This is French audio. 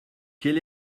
quel